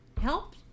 help